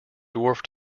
dwarf